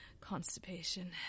constipation